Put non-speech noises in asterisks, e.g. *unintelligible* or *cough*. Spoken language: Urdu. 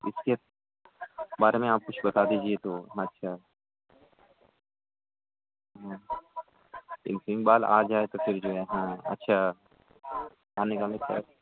اس کے بارے میں آپ کچھ بتا دیجیے تو اچھا *unintelligible* بال آ جائے تو پھر جو ہے ہاں اچھا آنے *unintelligible* کچھ